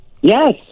yes